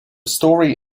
story